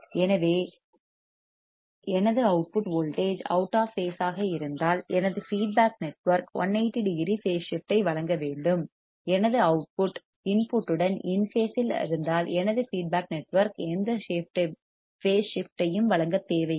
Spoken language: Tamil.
எனவே எனது output voltage out of phase ஆக இருந்தால் எனது ஃபீட்பேக் நெட்வொர்க் 180 பேஸ் ஸிப்ட் ஐ வழங்க வேண்டும் எனது அவுட்புட் இன்புட் உடன் இன் பேசில் இருந்தால் எனது ஃபீட்பேக் நெட்வொர்க் எந்த பேஸ் ஸிப்ட் ஐயும் வழங்க தேவையில்லை